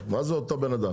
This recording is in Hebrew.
מה זה אותו בן אדם?